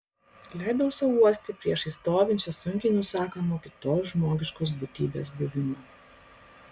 leidau sau uosti priešais stovinčią sunkiai nusakomą kitos žmogiškos būtybės buvimą